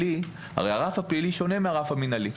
הרי הרף הפלילי שונה מהרף המינהלי.